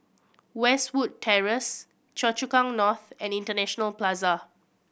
Westwood Terrace Choa Chu Kang North and International Plaza